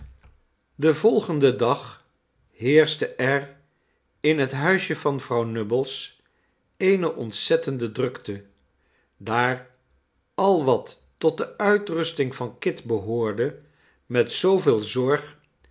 den volgenden dag heerschte er inhethuisje van vrouw nubbles eene ontzettende drukte daar al wat tot de uitrusting van kit behoorde met zooveel zorg